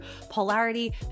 polarity